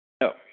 No